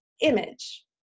image